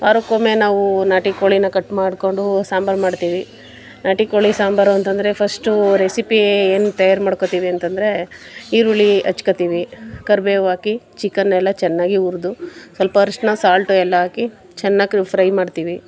ವಾರಕ್ಕೊಮ್ಮೆ ನಾವೂ ನಾಟಿ ಕೋಳಿನ ಕಟ್ ಮಾಡ್ಕೊಂಡು ಸಾಂಬಾರು ಮಾಡ್ತೀವಿ ನಾಟಿ ಕೋಳಿ ಸಾಂಬಾರು ಅಂತ ಅಂದ್ರೆ ಫಶ್ಟೂ ರೆಸಿಪೀ ಏನು ತಯಾರು ಮಾಡ್ಕೊಳ್ತೀವಿ ಅಂತ ಅಂದ್ರೆ ಈರುಳ್ಳಿ ಹಚ್ಕೊಳ್ತೀವಿ ಕರ್ಬೇವು ಹಾಕಿ ಚಿಕನ್ ಎಲ್ಲ ಚೆನ್ನಾಗಿ ಹುರ್ದು ಸ್ವಲ್ಪ ಅರಶಿನ ಸಾಲ್ಟು ಎಲ್ಲ ಹಾಕಿ ಚೆನ್ನಾಗಿ ಫ್ರೈ ಮಾಡ್ತೀವಿ